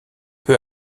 peu